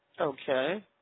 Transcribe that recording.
Okay